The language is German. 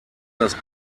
das